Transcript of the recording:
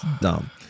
dumb